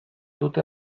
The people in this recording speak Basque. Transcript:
dute